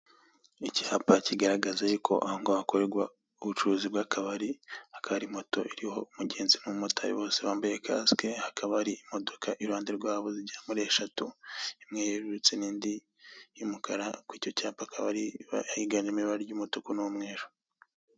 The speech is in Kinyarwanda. Icyapa kigaragaza yuko ahongaho hakorerwa ubucuruzi bw'akabari, hakaba hari moto iriho umugenzi n'umumotari, bose bambaye kasike, hakaba hari imodoka iruhande rwabo, zigera muri eshatu, imwe yerurutse n'indi y'umukara, ku icyo cyapa hakaba higanjemo ibara ry'umutuku n'umweru.